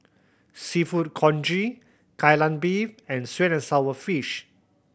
Seafood Congee Kai Lan Beef and sweet and sour fish